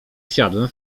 wsiadłem